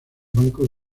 banco